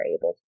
able